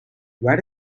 where